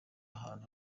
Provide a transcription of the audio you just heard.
ahantu